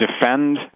defend